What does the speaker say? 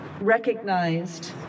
recognized